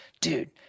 dude